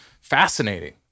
fascinating